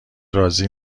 راضی